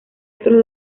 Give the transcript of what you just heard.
otros